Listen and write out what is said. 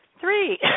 Three